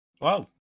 Wow